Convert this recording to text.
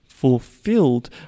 Fulfilled